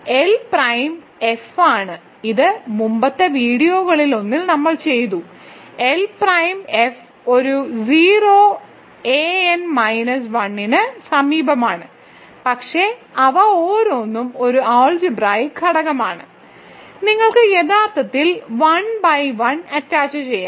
L prime F ആണ് ഇത് മുമ്പത്തെ വീഡിയോകളിലൊന്നിൽ നമ്മൾ ചെയ്തു എൽ പ്രൈം എഫ് ഒരു 0 എ n മൈനസ് 1 ന് സമീപമാണ് പക്ഷേ അവ ഓരോന്നും ഒരു അൾജിബ്രായിക്ക് ഘടകമാണ് നിങ്ങൾക്ക് യഥാർത്ഥത്തിൽ 1 ബൈ 1 അറ്റാച്ചുചെയ്യാം